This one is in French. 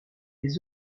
les